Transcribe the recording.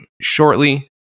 shortly